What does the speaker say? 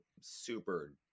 super